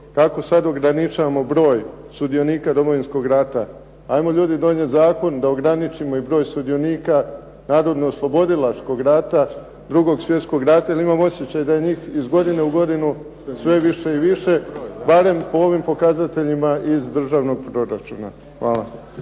kako sada ograničimo broj sudionika Domovinskog rata, ajmo ljudi donijet Zakon da ograničimo broj sudionika Narodnooslobodilačkog rata, 2. Svjetskog rata jer imam osjećaj da je njih iz godine u godinu sve više i više, barem po ovim pokazateljima iz Državnog proračuna. Hvala.